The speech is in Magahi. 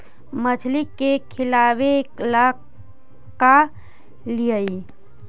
मछली के खिलाबे ल का लिअइ?